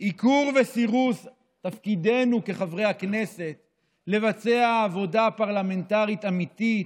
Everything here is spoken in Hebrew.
עיקור וסירוס תפקידנו כחברי הכנסת לבצע עבודה פרלמנטרית אמיתית,